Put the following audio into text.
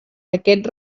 aquest